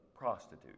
prostitute